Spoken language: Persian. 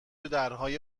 درهای